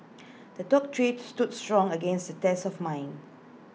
the told tree stood strong against the test of mine